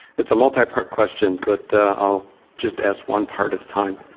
it's a multi-part question, but i'll just ask one part at a time.